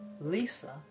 Lisa